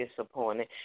disappointed